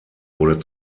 wurde